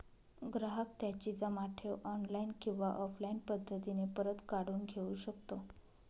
ग्राहक त्याची जमा ठेव ऑनलाईन किंवा ऑफलाईन पद्धतीने परत काढून घेऊ शकतो